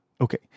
Okay